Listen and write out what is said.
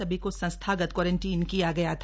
सभी को संस्थागत क्वारंटीन किया गया था